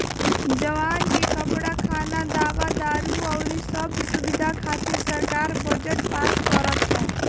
जवान के कपड़ा, खाना, दवा दारु अउरी सब सुबिधा खातिर सरकार बजट पास करत ह